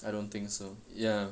I don't think so ya